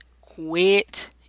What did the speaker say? Quit